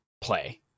play